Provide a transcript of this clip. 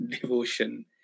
devotion